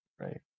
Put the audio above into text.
right